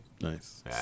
Nice